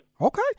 Okay